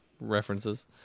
references